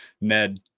Ned